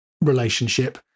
relationship